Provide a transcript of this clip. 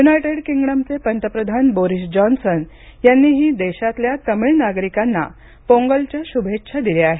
United किंगडमचे पंतप्रधान Boris Johnson यांनीही देशातल्या तामिळ नागरिकांना पोंगलच्या शुभेच्छा दिल्या आहेत